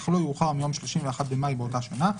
אך לא יאוחר מיום 31 במאי באותה שנה,